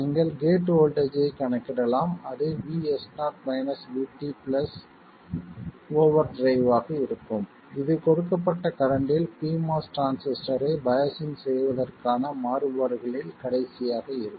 நீங்கள் gate voltage ஐக் கணக்கிடலாம் அது VS0 VT ஓவர் டிரைவ் ஆக இருக்கும் இது கொடுக்கப்பட்ட கரண்ட்டில் pMOS டிரான்சிஸ்டரைச் பையாஸிங் செய்வதற்கான மாறுபாடுகளில் கடைசியாக இருக்கும்